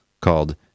called